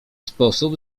sposób